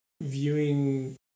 viewing